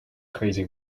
crazy